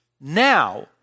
now